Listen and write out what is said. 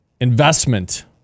investment